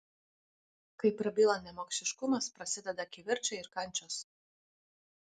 kai prabyla nemokšiškumas prasideda kivirčai ir kančios